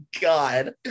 God